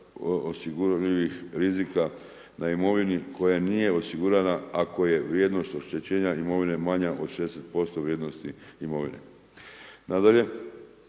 osigurljivih rizika na imovini koja nije osigurana ako je vrijednost oštećenja imovine manja od 60% vrijednosti imovine. Nadalje,